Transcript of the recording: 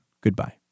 Goodbye